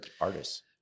artists